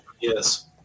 yes